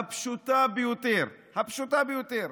הפשוטה ביותר: